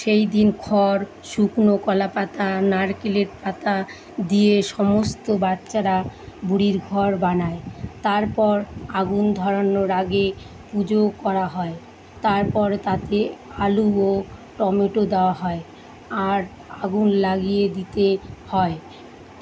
সেই দিন খর শুকনো কলা পাতা নারকেলের পাতা দিয়ে সমস্ত বাচ্চারা বুড়ির ঘর বানায় তারপর আগুন ধরানোর আগে পুজো করা হয় তারপর তাতে আলু ও টমেটো দেওয়া হয় আর আগুন লাগিয়ে দিতে হয়